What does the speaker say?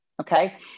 Okay